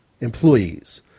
employees